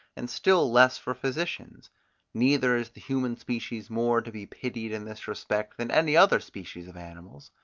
and still less for physicians neither is the human species more to be pitied in this respect, than any other species of animals.